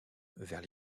vers